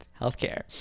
healthcare